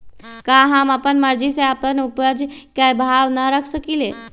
का हम अपना मर्जी से अपना उपज के भाव न रख सकींले?